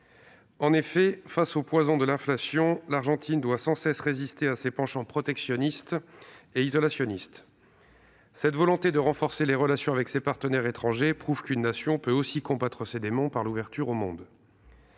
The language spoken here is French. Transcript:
En effet, face au poison de l'inflation, l'Argentine doit sans cesse résister à ses penchants protectionnistes et isolationnistes. Cette volonté de renforcer les relations avec ses partenaires étrangers prouve qu'une nation peut aussi combattre ses démons par l'ouverture au monde.